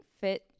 fit